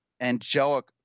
angelic